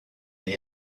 that